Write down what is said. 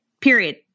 period